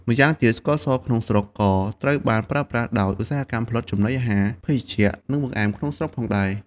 ម្យ៉ាងទៀតស្ករសក្នុងស្រុកក៏ត្រូវបានប្រើប្រាស់ដោយ ឧស្សាហកម្មផលិតចំណីអាហារ ភេសជ្ជៈ និងបង្អែម ក្នុងស្រុកផងដែរ។